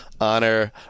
honor